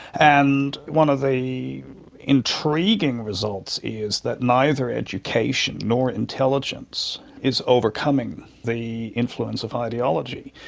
and one of the intriguing results is that neither education nor intelligence is overcoming the influence of ideology.